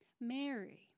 Mary